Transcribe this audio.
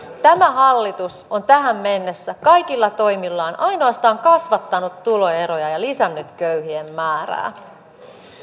tämä hallitus on tähän mennessä kaikilla toimillaan ainoastaan kasvattanut tuloeroja ja lisännyt köyhien määrää